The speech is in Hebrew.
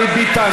אחד ביריחו,